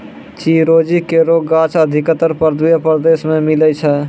चिरौंजी केरो गाछ अधिकतर पर्वतीय प्रदेश म मिलै छै